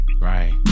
Right